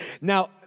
Now